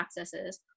accesses